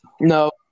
No